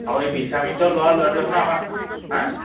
আৰু বিশ্বামিত্ৰ লোৱা ল'ৰাটো হেনো আমাৰ হাঁ